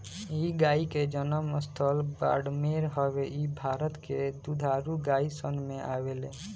इ गाई के जनम स्थल बाड़मेर हवे इ भारत के दुधारू गाई सन में आवेले